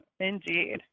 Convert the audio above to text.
Indeed